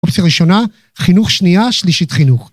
אופציה ראשונה, חינוך שנייה, שלישית חינוך.